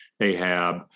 Ahab